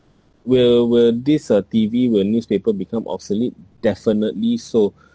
will will this uh T_V will newspaper become obsolete definitely so